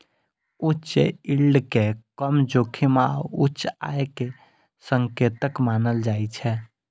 उच्च यील्ड कें कम जोखिम आ उच्च आय के संकेतक मानल जाइ छै